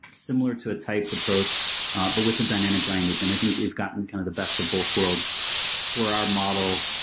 similar to a typed approach but with a dynamic language, and i think we've gotten kind of the best of both worlds for our model,